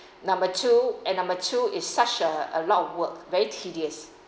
number two and number two is such a a lot of work very tedious